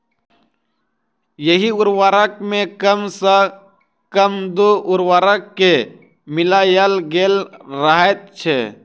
एहि उर्वरक मे कम सॅ कम दू उर्वरक के मिलायल गेल रहैत छै